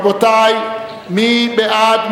רבותי, מי בעד?